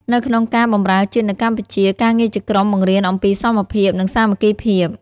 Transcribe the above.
នៅក្នុងការបម្រើជាតិនៅកម្ពុជា ការងារជាក្រុមបង្រៀនអំពីសមភាព និងសាមគ្គីភាព។